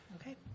Okay